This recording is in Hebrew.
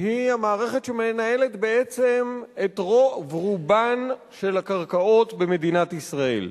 שהיא המערכת שמנהלת בעצם את רוב רובן של הקרקעות במדינת ישראל.